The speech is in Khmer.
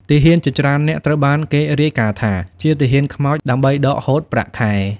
ទាហានជាច្រើននាក់ត្រូវបានគេរាយការណ៍ថាជា "ទាហានខ្មោច" ដើម្បីដកហូតប្រាក់ខែ។